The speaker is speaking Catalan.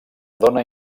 dóna